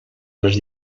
les